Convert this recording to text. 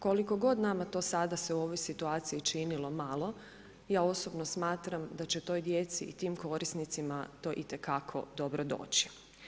Koliko god nama to sada se u ovoj situaciji činilo malo, ja osobno smatram da će toj djeci i tim korisnicima itekako dobro doći.